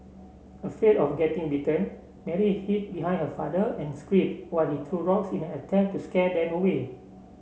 afraid of getting bitten Mary hid behind her father and screamed while he threw rocks in an attempt to scare them away